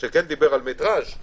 שדיבר על מטראז',